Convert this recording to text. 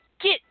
get